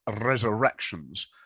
Resurrections